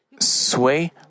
sway